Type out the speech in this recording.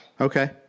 Okay